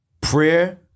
prayer